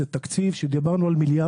זה תקציב שדיברנו על מיליארדים.